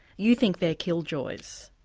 you think they're killjoys.